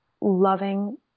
loving